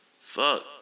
Fuck